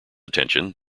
attention